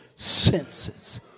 senses